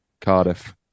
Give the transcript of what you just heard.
Cardiff